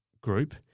group